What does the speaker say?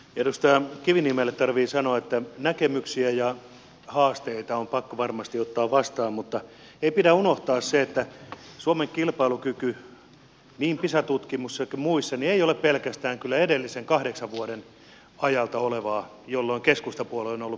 edustaja kiviniemelle tarvitsee sanoa että näkemyksiä ja haasteita on pakko varmasti ottaa vastaan mutta ei pidä unohtaa sitä että suomen kilpailukyky niin pisa tutkimuksissa kuin muissa ei kyllä ole pelkästään edellisen kahdeksan vuoden ajalta olevaa jolloin keskustapuolue on ollut pääministeripuolueena